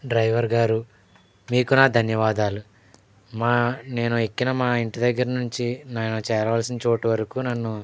driver గారు మీకు నా ధన్యవాదాలు మా నేను ఎక్కిన మా ఇంటి దగ్గర నుంచి నేను చేరవలసిన చోటు వరకు నన్ను